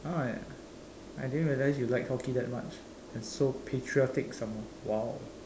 oh I didn't realize you like hockey that much and so patriotic some more !wow!